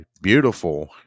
beautiful